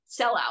sellout